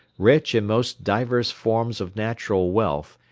rich in most diverse forms of natural wealth,